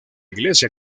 iglesia